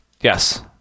Yes